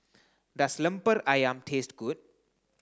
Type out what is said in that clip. does Lemper Ayam taste good